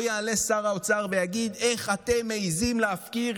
לא יעלה שר האוצר ויגיד: איך אתם מעיזים להפקיר